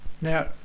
Now